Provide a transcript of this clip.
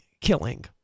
killing